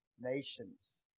Nations